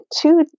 two